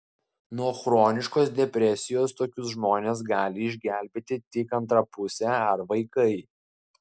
nuo chroniškos depresijos tokius žmones gali išgelbėti tik antra pusė ar vaikai